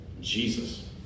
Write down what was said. Jesus